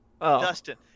dustin